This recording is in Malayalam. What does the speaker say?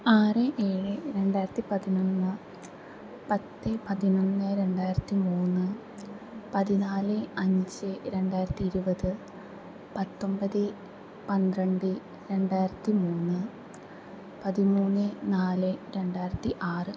ആറ് ഏഴ് രണ്ടായിരത്തി പതിനൊന്ന് പത്ത് പതിനൊന്ന് രണ്ടായിരത്തി മൂന്ന് പതിനാല് അഞ്ച് രണ്ടായിരത്തി ഇരുപത് പത്തൊമ്പത് പന്ത്രണ്ട് രണ്ടായിരത്തി മൂന്ന് പതിമൂന്ന് നാല് രണ്ടായിരത്തി ആറ്